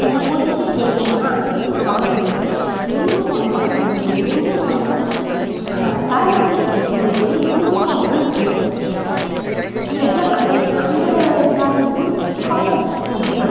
அந்த கோயிலுக்கு தேவையான அனைத்து சாமான்களையும் எங்கு வாங்கினால் மலிவு எங்கு வாங்கினால் தரமாக கிடைக்கும் என்பதில் உறுதிப்பாட்டுடன் செயல்பற்றினோம் பிறகு அந்த அந்த விழாவினையும் சிறப்பாக நடத்தி முடித்தோம்